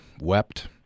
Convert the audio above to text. wept